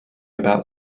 about